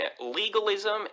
legalism